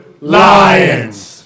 Lions